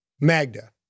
Magda